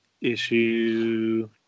issue